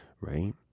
Right